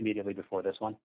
immediately before this one